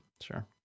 sure